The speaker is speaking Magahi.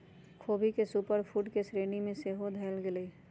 ख़ोबी के सुपर फूड के श्रेणी में सेहो धयल गेलइ ह